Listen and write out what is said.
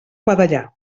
badallar